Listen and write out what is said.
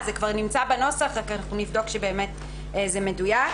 זה כבר נמצא בנוסח, רק אנחנו נבדוק שזה מדויק.